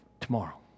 tomorrow